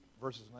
verses